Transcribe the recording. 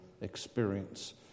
experience